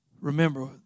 remember